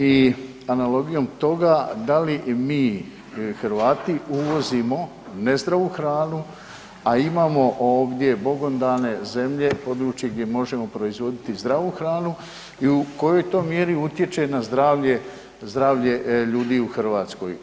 I analogijom toga, da li mi Hrvati uvozimo nezdravu hranu, a imamo ovdje bogom dane zemlje područje gdje možemo proizvoditi hranu i u kojoj to mjeri utječe na zdravlje ljudi u Hrvatskoj?